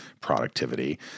productivity